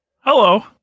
Hello